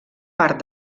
part